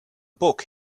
book